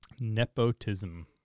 Nepotism